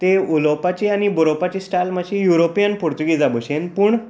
ती उलोवपाची आनी बरोवपाची स्टायल मातशी युरोपीयन पुर्तुगीजा बशेन पूण